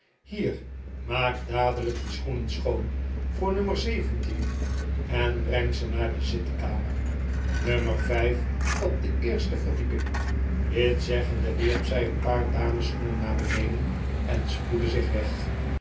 hier maak dadelijk die schoenen schoon voor nummer zeventien en breng ze naar de zitkamer nummer vijf op de eerste verdieping dit zeggende wierp zij een paar damesschoenen naar beneden en spoedde zich weg